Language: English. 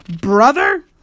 brother